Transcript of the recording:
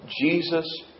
Jesus